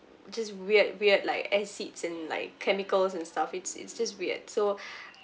just weird weird like acids and like chemicals and stuff it's it's just weird so